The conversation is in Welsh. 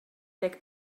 deg